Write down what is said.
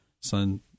son